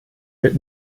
wird